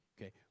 Okay